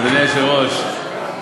אדוני היושב-ראש,